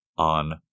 On